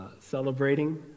celebrating